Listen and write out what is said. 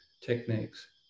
techniques